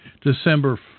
December